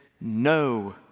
no